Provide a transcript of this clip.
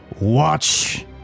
Watch